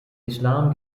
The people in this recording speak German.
islam